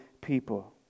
people